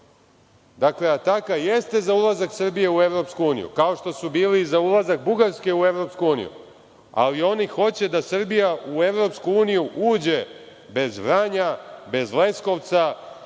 Dakle, Ataka jeste za ulazak Srbije u Evropsku uniju, kao što su bili i za ulazak Bugarske u Evropsku uniju, ali oni hoće da Srbija u Evropsku uniju uđe bez Vranja, bez Leskovca,